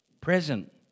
present